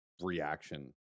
reaction